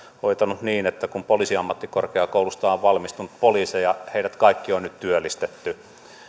hoitanut sen että kun poliisiammattikorkeakoulusta on valmistunut poliiseja heidät kaikki on nyt työllistetty